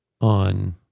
on